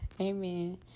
Amen